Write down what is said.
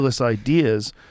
ideas